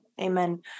Amen